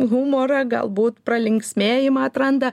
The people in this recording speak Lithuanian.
humorą galbūt pralinksmėjimą atranda